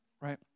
Right